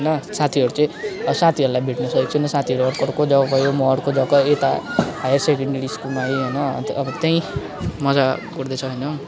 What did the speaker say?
होइन साथीहरू चाहिँ साथीहरूलाई भेटनु सकेको छुइनँ साथीहरू अर्को अर्को जग्गा गयो म अर्को जग्गा यता हायर सेकेन्डेरी स्कुलमा आएँ होइन अब त्यहीँ मज्जा गर्दैछ होइन